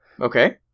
Okay